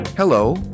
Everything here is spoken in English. Hello